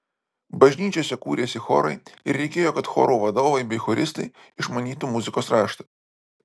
bažnyčiose kūrėsi chorai ir reikėjo kad chorų vadovai bei choristai išmanytų muzikos raštą